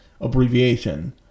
abbreviation